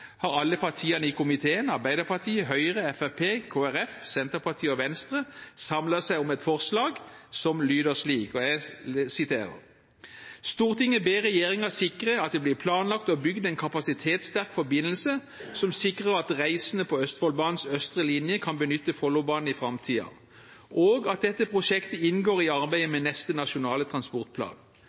har alle partiene i komiteen – Arbeiderpartiet, Høyre, Fremskrittspartiet, Kristelig Folkeparti, Senterpartiet og Venstre – samlet seg om et forslag som lyder slik: «Stortinget ber regjeringen sikre at det blir planlagt og bygd en kapasitetssterk forbindelse som sikrer at reisende på Østfoldbanens Østre linje kan benytte Follobanen i framtida, og at dette prosjektet inngår i arbeidet med neste Nasjonale transportplan.